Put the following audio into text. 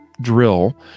drill